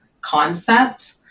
concept